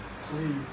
please